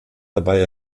dabei